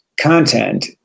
content